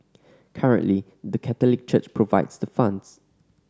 currently the Catholic Church provides the funds